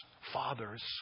fathers